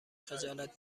خجالت